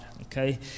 Okay